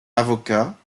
avocat